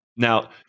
Now